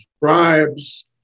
bribes